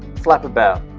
flap about.